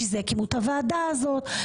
בשביל זה הקימו את הוועדה הזאת,